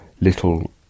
little